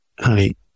honey